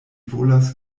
volas